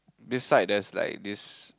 beside there's like this